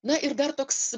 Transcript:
na ir dar toks